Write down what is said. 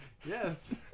Yes